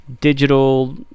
digital